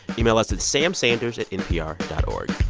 email us at samsanders at npr dot o